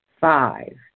Five